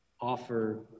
offer